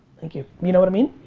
thank you, you know what i mean?